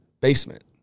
basement